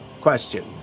question